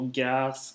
gas